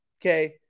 Okay